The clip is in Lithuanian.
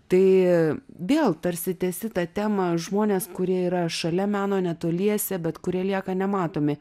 tai vėl tarsi tęsi tą temą žmonės kurie yra šalia meno netoliese bet kurie lieka nematomi